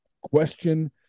question –